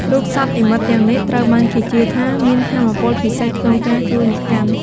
រូបសត្វនិមិត្តទាំងនេះ ត្រូវបានគេជឿថាមានថាមពលពិសេសក្នុងការជួយអ្នកកាន់។